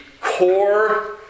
core